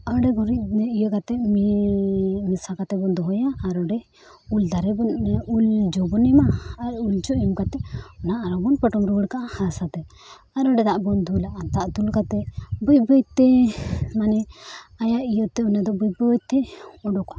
ᱟᱨ ᱚᱸᱰᱮ ᱜᱩᱨᱤᱡ ᱤᱭᱟᱹ ᱠᱟᱛᱮ ᱢᱮᱥᱟ ᱠᱟᱛᱮᱫ ᱵᱚᱱ ᱫᱚᱦᱚᱭᱟ ᱟᱨ ᱚᱸᱰᱮ ᱩᱞ ᱫᱟᱨᱮ ᱵᱚᱱ ᱤᱭᱟᱹ ᱩᱞ ᱡᱚ ᱵᱚᱱ ᱮᱢᱟᱜᱼᱟ ᱟᱨ ᱩᱞ ᱡᱚ ᱮᱢ ᱠᱟᱛᱮᱫ ᱚᱱᱟ ᱟᱨᱦᱚᱸ ᱵᱚᱱ ᱯᱚᱴᱚᱢ ᱨᱩᱣᱟᱹᱲ ᱠᱟᱜᱼᱟ ᱦᱟᱥᱟ ᱛᱮ ᱟᱨ ᱚᱸᱰᱮ ᱫᱟᱜ ᱵᱚᱱ ᱫᱩᱞᱟᱜᱼᱟ ᱫᱟᱜ ᱫᱩᱞ ᱠᱟᱛᱮᱫ ᱵᱟᱹᱭ ᱵᱟᱹᱭ ᱛᱮ ᱢᱟᱱᱮ ᱟᱭᱟᱜ ᱤᱭᱟᱹᱛᱮ ᱩᱱᱟ ᱫᱚ ᱵᱟᱹᱭ ᱵᱟᱹᱭ ᱛᱮ ᱩᱰᱩᱠᱚᱜᱼᱟ